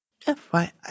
FYI